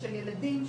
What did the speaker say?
של ילדים,